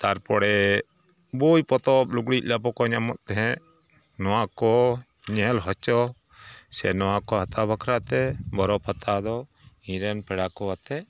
ᱛᱟᱨᱯᱚᱨᱮ ᱵᱳᱭ ᱯᱚᱛᱚᱵᱽ ᱞᱩᱜᱽᱲᱤᱡ ᱞᱟᱯᱚᱠᱚ ᱧᱟᱢᱚᱜ ᱛᱮᱦᱮᱸᱫ ᱱᱚᱣᱟᱠᱚ ᱧᱮᱞ ᱦᱚᱪᱚ ᱥᱮ ᱱᱚᱣᱟᱠᱚ ᱦᱟᱛᱟᱣ ᱵᱟᱠᱷᱨᱟᱛᱮ ᱵᱚᱨᱚᱯᱟᱛᱟ ᱫᱚ ᱤᱧᱨᱮᱱ ᱯᱮᱲᱟᱠᱚ ᱟᱛᱮ